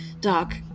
Doc